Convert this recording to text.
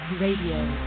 Radio